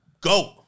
Go